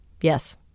Yes